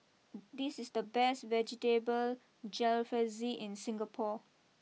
this is the best Vegetable Jalfrezi in Singapore